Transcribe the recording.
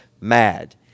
mad